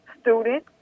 student